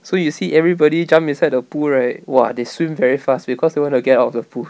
so you see everybody jump inside the pool right !wah! they swim very fast because they want to get out of the pool